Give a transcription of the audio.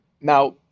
Now